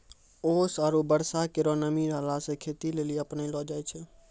ओस आरु बर्षा केरो नमी रहला सें खेती लेलि अपनैलो जाय छै?